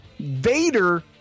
Vader